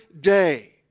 day